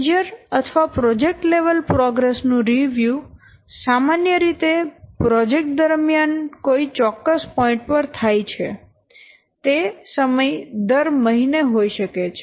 major અથવા project level progress નું review સામાન્ય રીતે પ્રોજેક્ટ દરમિયાન કોઈ ચોક્કસ પોઈન્ટ પર થાય છે તે સમય દર મહિને હોઈ શકે છે